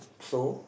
so